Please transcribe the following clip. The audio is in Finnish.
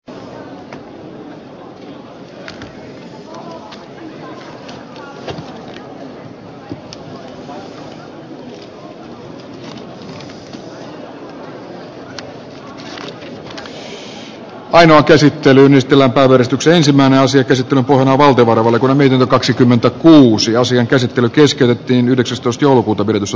ainoa käsittelylistalle vedetyksi ensimmäinen osa käsitteli näytä valvovalle pudonneiden kaksikymmentä kuusi asian käsittelyn pohjana on valtiovarainvaliokunnan mietintö